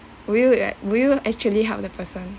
will you like will you actually help the person